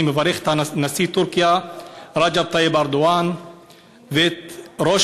אני מברך את נשיא טורקיה רג'פ טאיפ ארדואן ואת ראש